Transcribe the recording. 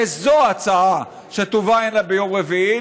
וזו ההצעה שתובא הנה ביום רביעי,